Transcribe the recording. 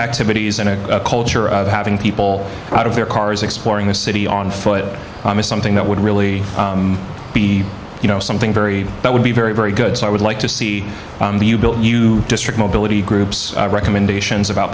activities and a culture of having people out of their cars exploring the city on foot is something that would really be you know something very that would be very very good so i would like to see you district mobility group's recommendations about